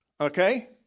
okay